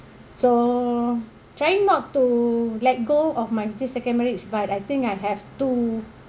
so trying not to let go of my this second marriage but I think I have to